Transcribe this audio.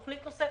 תוכנית נוספת,